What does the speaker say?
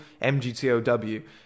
mgtow